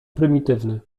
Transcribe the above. prymitywny